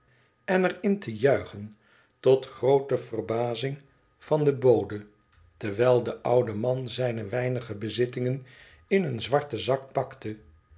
en er in te juichen tot groote verbazing van den bode terwijl de oude man zijne weinige bezittingen in een zwarten zak pakte